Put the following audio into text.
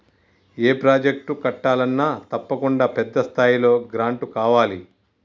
ఏ project కట్టాలన్నా తప్పకుండా పెద్ద స్థాయిలో గ్రాంటు కావాలి